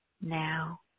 now